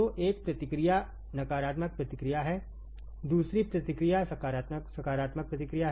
तो एक प्रतिक्रिया नकारात्मक प्रतिक्रिया है दूसरी प्रतिक्रिया सकारात्मक प्रतिक्रिया है